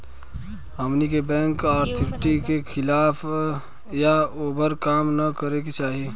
हमनी के bank authority के खिलाफ या ओभर काम न करे के चाही